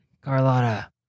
Carlotta